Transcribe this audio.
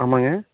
ஆமாங்க